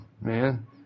man